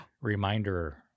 reminder